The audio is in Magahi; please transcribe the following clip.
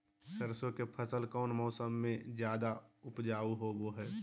सरसों के फसल कौन मौसम में ज्यादा उपजाऊ होबो हय?